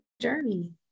journey